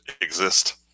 exist